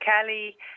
kelly